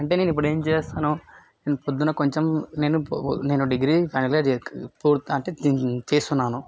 అంటే నేను ఇప్పుడు ఏం చేస్తాను నేను పొద్దున కొంచెం నేను నేను డిగ్రీ ఫైనల్ ఇయర్ అంటే చేస్తున్నాను